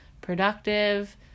productive